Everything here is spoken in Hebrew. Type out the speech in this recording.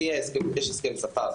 יש הסכם שכר,